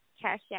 cash